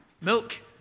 Milk